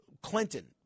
Clinton